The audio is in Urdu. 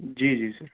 جی جی سر